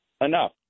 Enough